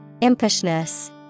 Impishness